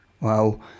Wow